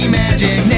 magic